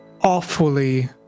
awfully